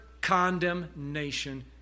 condemnation